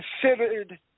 considered